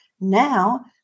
Now